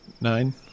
Nine